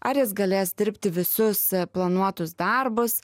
ar jis galės dirbti visus planuotus darbus